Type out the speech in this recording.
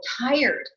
tired